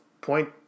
point